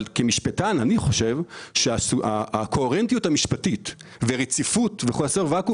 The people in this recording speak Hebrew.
כמשפטן אני חושב שהקוהרנטיות המשפטית ורציפות וחוסר ואקום